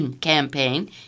campaign